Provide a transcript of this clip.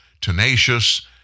tenacious